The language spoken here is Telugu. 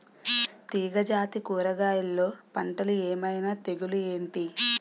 తీగ జాతి కూరగయల్లో పంటలు ఏమైన తెగులు ఏంటి?